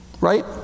Right